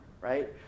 right